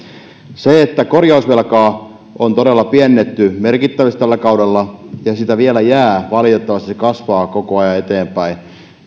korjausvelkaa on todella pienennetty merkittävästi tällä kaudella mutta sitä vielä jää valitettavasti se kasvaa koko ajan eteenpäin